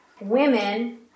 women